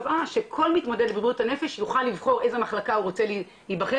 אשפוזיו תמיד בבית חולים גהה בו כידוע אין מחלקה לתחלואה כפולה".